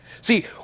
See